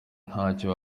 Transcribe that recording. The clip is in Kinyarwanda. ntacyo